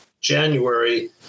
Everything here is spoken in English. January